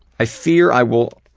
i fear i will